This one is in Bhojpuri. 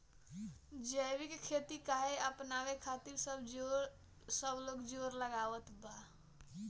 जैविक खेती काहे अपनावे खातिर सब लोग जोड़ लगावत बा?